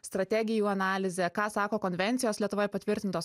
strategijų analizė ką sako konvencijos lietuvoje patvirtintos